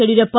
Yediyurappa